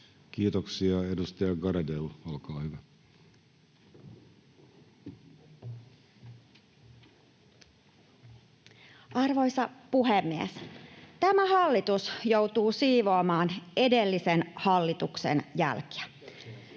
Kiitoksia. — Edustaja Garedew, olkaa hyvä. Arvoisa puhemies! Tämä hallitus joutuu siivoamaan edellisen hallituksen jälkiä.